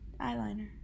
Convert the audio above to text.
eyeliner